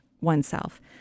oneself